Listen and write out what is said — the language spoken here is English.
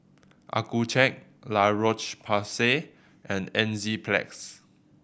Accucheck La Roche Porsay and Enzyplex